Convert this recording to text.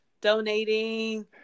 Donating